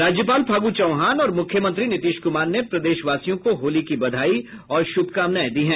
राज्यपाल फागू चौहान और मुख्यमंत्री नीतीश कुमार ने प्रदेशवासियों को होली की बधाई और शुभकामनाएं दी हैं